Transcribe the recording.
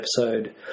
episode